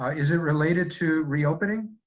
um is it related to reopening?